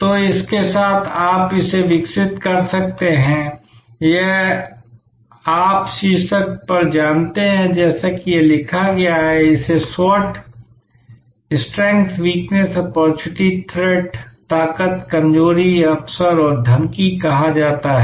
तो इसके साथ आप इसे विकसित कर सकते हैं यह आप शीर्ष पर जानते हैं जैसा कि यह लिखा गया है इसे SWOT ताकत कमजोरी अवसर और धमकी कहा जाता है